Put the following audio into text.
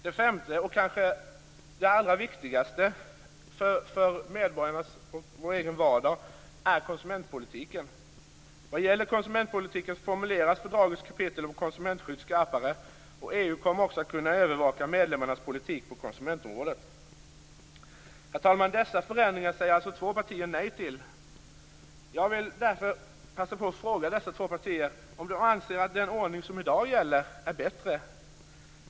Det femte och kanske allra viktigaste för medborgarnas vardag är konsumentpolitiken. Vad gäller konsumentpolitiken formuleras fördragets kapitel om konsumentskydd skarpare. EU kommer också att kunna övervaka medlemsländernas politik på konsumentområdet. Herr talman! Dessa förändringar säger alltså två partier nej till. Jag vill därför passa på att fråga dessa båda partier om de anser att den ordning som i dag gäller är bättre.